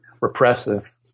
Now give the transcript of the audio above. repressive